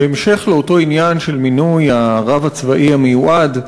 בהמשך לאותו עניין של מינוי הרב הצבאי המיועד,